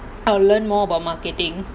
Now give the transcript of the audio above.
I'll learn more about marketing